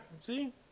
see